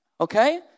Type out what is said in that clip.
okay